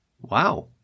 wow